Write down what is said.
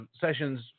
Sessions